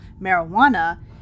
marijuana